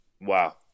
wow